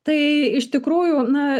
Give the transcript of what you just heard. tai iš tikrųjų na